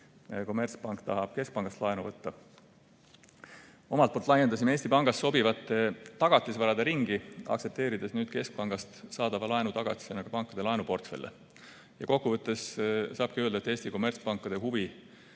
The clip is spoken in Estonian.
kommertspank tahab keskpangast laenu võtta. Omalt poolt laiendasime Eesti Pangas sobivate tagatisvarade ringi, aktsepteerides nüüd keskpangast saadava laenu tagatisena ka pankade laenuportfelle. Kokku võttes saabki öelda, et Eesti kommertspankade huvi